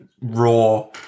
raw